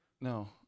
No